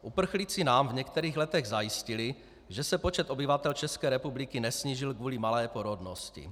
Uprchlíci nám v některých letech zajistili, že se počet obyvatel České republiky nesnížil kvůli malé porodnosti.